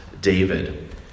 David